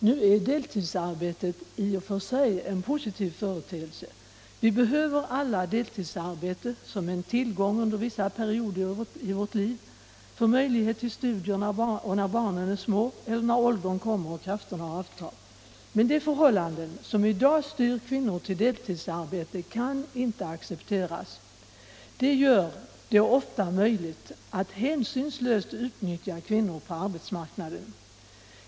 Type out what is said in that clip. Nu är deltidsarbetet i och för sig en positiv företeelse. Vi behöver alla ha tillgång till deltidsarbete under vissa perioder i vårt liv — för möjlighet till studier, när barnen är små eller när åldern kommer och krafterna avtar — men de förhållanden som i dag styr kvinnor till deltidsarbete kan inte accepteras. De gör det många gånger möjligt att hänsynslöst utnyttja kvinnor på arbetsmarknaden.